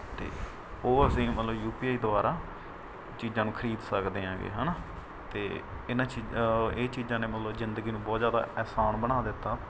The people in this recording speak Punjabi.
ਅਤੇ ਉਹ ਅਸੀਂ ਮਤਲਬ ਯੂ ਪੀ ਆਈ ਦੁਆਰਾ ਚੀਜ਼ਾਂ ਨੂੰ ਖਰੀਦ ਸਕਦੇ ਹੈਗੇ ਹੈ ਨਾ ਅਤੇ ਇਨ੍ਹਾਂ ਚੀ ਇਹ ਚੀਜ਼ਾਂ ਨੇ ਮਤਲਬ ਜ਼ਿੰਦਗੀ ਨੂੰ ਬਹੁਤ ਜ਼ਿਆਦਾ ਆਸਾਨ ਬਣਾ ਦਿੱਤਾ